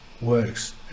works